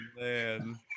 man